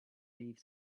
leave